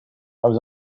was